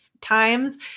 times